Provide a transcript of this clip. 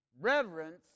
reverence